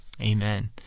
amen